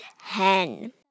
hen